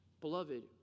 Beloved